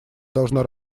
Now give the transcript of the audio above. должна